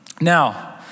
Now